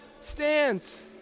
stands